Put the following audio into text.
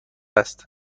است